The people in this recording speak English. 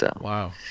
Wow